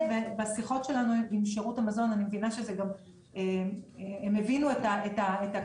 בשיחות שלנו עם שירות המזון אני מבינה שהם הבינו את הקושי.